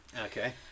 okay